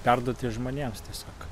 perduoti žmonėms tiesiog